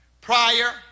Prior